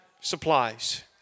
supplies